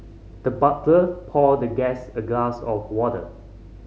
the butler poured the guest a glass of water